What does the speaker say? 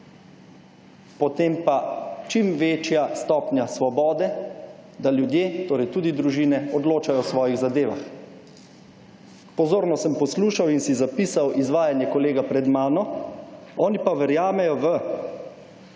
potem pa čim večja stopnja svobode, da ljudje, torej tudi družine odločajo o svojih zadevah. Pozorno sem poslušal in si zapisal izvajanje kolega pred mano, oni pa verjamejo v